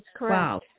Wow